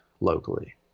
locally